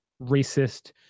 racist